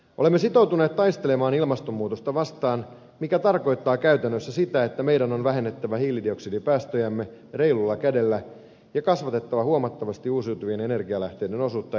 olemme sitoutuneet taistelemaan ilmastonmuutosta vastaan mikä tarkoittaa käytännössä sitä että meidän on vähennettävä hiilidioksidipäästöjämme reilulla kädellä ja kasvatettava huomattavasti uusiutuvien energianlähteiden osuutta energiankulutuksessamme